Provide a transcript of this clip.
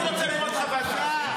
אני רוצה לראות חוות דעת.